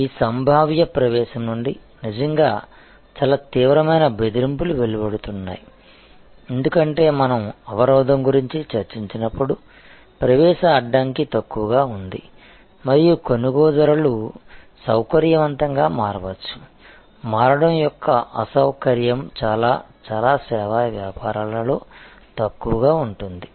ఈ సంభావ్య ప్రవేశం నుండి నిజంగా చాలా తీవ్రమైన బెదిరింపులు వెలువడుతున్నాయి ఎందుకంటే మనం అవరోధం గురించి చర్చించినప్పుడు ప్రవేశ అడ్డంకి తక్కువగా ఉంది మరియు కొనుగోలుదారులు సౌకర్యవంతంగా మారవచ్చు మారడం యొక్క అసౌకర్యం చాలా చాలా సేవా వ్యాపారాలలో తక్కువగా ఉంటుంది